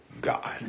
God